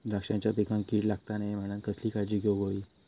द्राक्षांच्या पिकांक कीड लागता नये म्हणान कसली काळजी घेऊक होई?